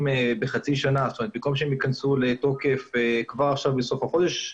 בחצי שנה כך שבמקום שהן ייכנסו לתוקף כבר בסוף החודש,